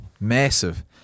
Massive